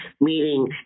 meaning